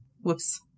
whoops